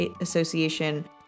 association